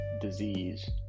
disease